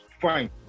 fine